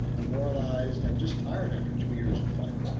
demoralized and just tired after two years of fighting.